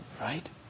Right